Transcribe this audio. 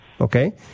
Okay